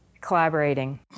collaborating